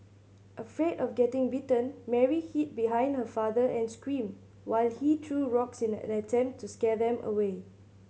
afraid of getting bitten Mary hid behind her father and screamed while he threw rocks in an attempt to scare them away